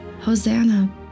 Hosanna